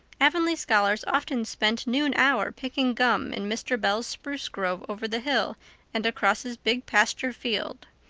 avonlea scholars often spent noon hour picking gum in mr. bell's spruce grove over the hill and across his big pasture field.